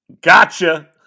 Gotcha